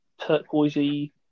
turquoisey